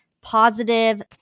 positive